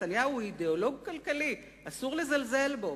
נתניהו הוא אידיאולוג כלכלי, אסור לזלזל בו.